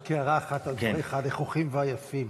רק הערה אחת על דבריך הנכוחים והיפים.